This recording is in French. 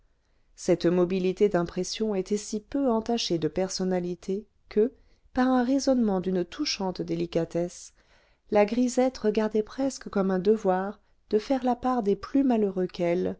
cette mobilité d'impression était si peu entachée de personnalité que par un raisonnement d'une touchante délicatesse la grisette regardait presque comme un devoir de faire la part des plus malheureux qu'elle